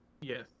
Yes